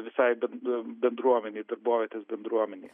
visai bend bendruomenei darbovietės bendruomenei